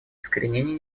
искоренение